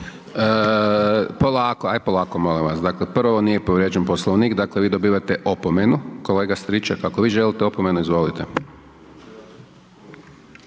Polako, ajd polako molim vas. Dakle, prvo nije povrijeđen Poslovnik dakle vi dobivate opomenu kolega Stričak. Ako vi želite opomenu izvolite.